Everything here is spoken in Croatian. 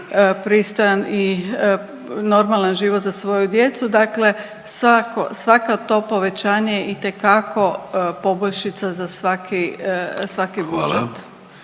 pristojan i normalan život za svoju djecu. Dakle svako, svaka to povećanje itekako poboljšica za svaki budžet.